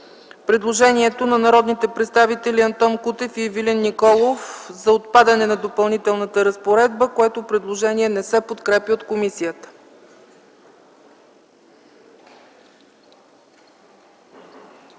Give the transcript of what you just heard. предложението на народните представители Антон Кутев и Ивелин Николов за отпадане на Допълнителната разпоредба, което предложение не се подкрепя от комисията.